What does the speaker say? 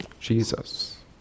Jesus